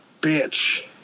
Bitch